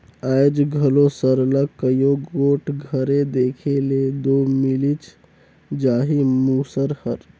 आएज घलो सरलग कइयो गोट घरे देखे ले दो मिलिच जाही मूसर हर